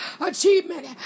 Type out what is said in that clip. achievement